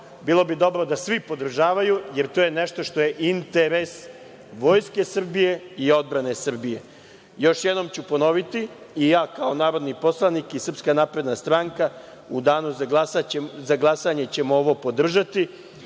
Bilo bi dobro da svi podržavaju, jer to je nešto što je interes Vojske Srbije i odbrane Srbije. Još jednom ću ponoviti, i ja kao narodni poslanik i SNS u danu za glasanje ćemo ovo podržati